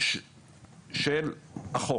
של החוק.